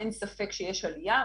אין ספק שיש עלייה,